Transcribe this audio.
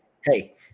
hey